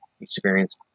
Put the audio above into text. experience